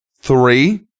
three